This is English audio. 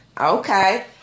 Okay